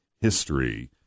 history